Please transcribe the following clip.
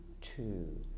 two